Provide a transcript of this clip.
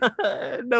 no